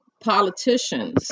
politicians